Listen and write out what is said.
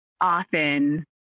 often